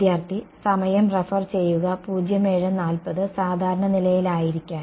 വിദ്യാർത്ഥി സമയം റഫർ ചെയ്യുക 0740 സാധാരണ നിലയിലായിരിക്കാൻ